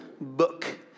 book